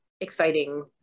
exciting